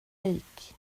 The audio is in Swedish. lik